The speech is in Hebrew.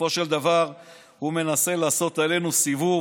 ובסופו של דבר הוא מנסה לעשות עלינו סיבוב,